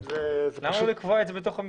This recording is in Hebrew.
אפשר לקבוע את זה בתוך המפרט.